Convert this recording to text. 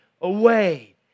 away